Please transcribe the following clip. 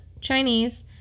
Chinese